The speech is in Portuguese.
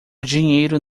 dinheiro